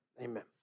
amen